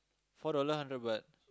four dollar hundred baht